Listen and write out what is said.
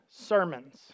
sermons